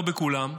לא בכולן,